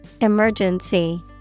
Emergency